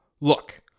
Look